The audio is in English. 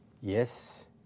Yes